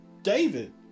David